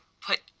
put